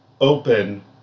open